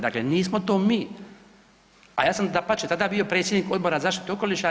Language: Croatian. Dakle nismo to mi, a ja sam dapače bio predsjednik Odbora za zaštitu okoliša.